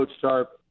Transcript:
Sharp